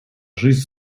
жизнь